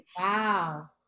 Wow